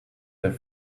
their